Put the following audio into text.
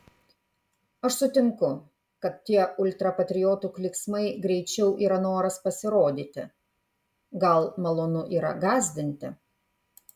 aš sutinku kad tie ultrapatriotų klyksmai greičiau yra noras pasirodyti gal malonu yra gąsdinti